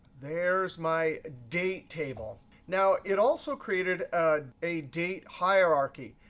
there's my date table. now, it also created a date hierarchy.